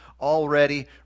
already